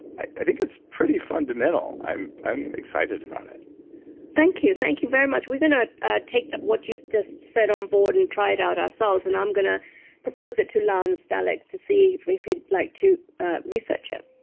i think it's pretty fundamental. i'm i'm excited about it thank you. thank you very much. we're going to take what you've just said on board and try it out ourselves. and i'm going to propose it to lance dalleck to see if if he'd like to ah research it.